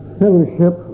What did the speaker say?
fellowship